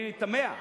אני תמה,